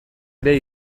ere